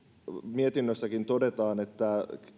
mietinnössäkin todetaan että